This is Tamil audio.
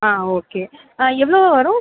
ஆ ஓகே எவ்வளோ வரும்